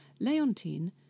Leontine